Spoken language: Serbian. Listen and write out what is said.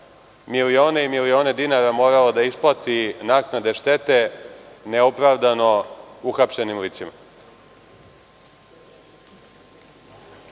milione i milione dinara morala da isplati naknade štete neopravdano uhapšenim licima.